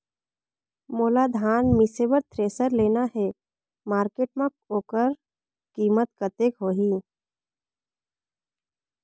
मोला धान मिसे बर थ्रेसर लेना हे मार्केट मां होकर कीमत कतेक होही?